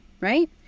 right